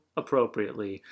appropriately